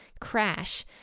crash